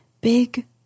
big